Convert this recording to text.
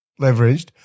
leveraged